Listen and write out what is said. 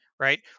Right